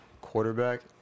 quarterback